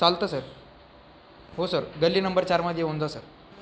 चालतं सर हो सर गल्ली नंबर चारमध्ये येऊन जा सर